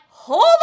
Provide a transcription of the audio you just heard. Hold